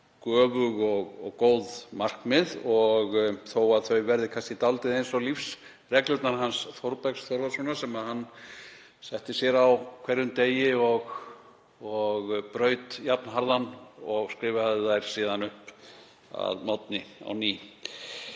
göfug og góð markmið þó að þau verði kannski dálítið eins og lífsreglurnar hans Þórbergs Þórðarsonar, sem hann setti sér á hverjum degi og braut jafnharðan og skrifaði þær síðan upp að morgni á ný.